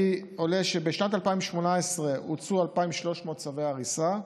עולה שבשנת 2018 הוצאו 2,300 צווי הריסה,